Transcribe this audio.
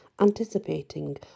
anticipating